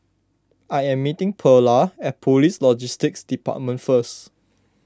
I am meeting Pearla at Police Logistics Department first